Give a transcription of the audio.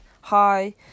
hi